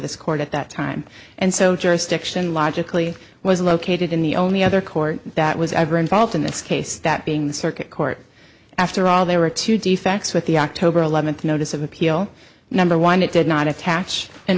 this court at that time and so jurisdiction logically was located in the only other court that was ever involved in this case that being the circuit court after all there were two defects with the october eleventh notice of appeal number one it did not attach